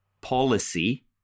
policy